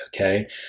okay